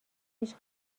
هیچ